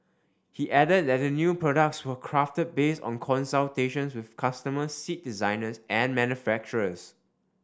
he added that the new products were crafted based on consultations with customers seat designers and manufacturers